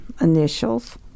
initials